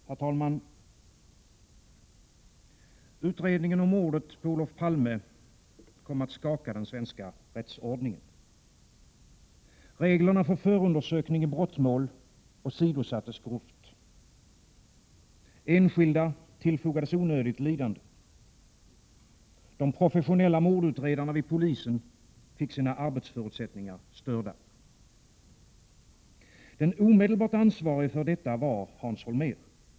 Herr talman! Utredningen om mordet på Olof Palme kom att skaka den svenska rättsordningen. Reglerna för förundersökning i brottmål åsidosattes grovt. Enskilda tillfogades onödigt lidande. De professionella mordutredarna vid polisen fick sina arbetsförutsättningar störda. Den omedelbart ansvarige för detta var Hans Holmér.